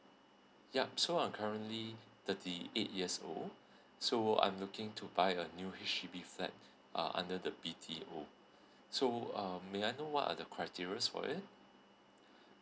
yup so I'm currently thirty eight years old so I'm looking to buy a new H_D_B flat uh under the B_T_O so um may I know what are the criteria for it